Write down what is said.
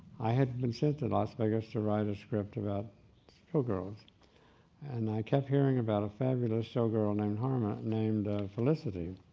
i had been sent to las vegas to write a script about show girls and i kept hearing about a fabulous show girl named harmony, named felicity.